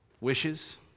wishes